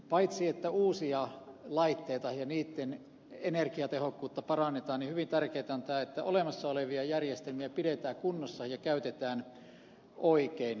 paitsi että uusia laitteita ja niitten energiatehokkuutta parannetaan niin hyvin tärkeätä on tämä että olemassa olevia järjestelmiä pidetään kunnossa ja käytetään oikein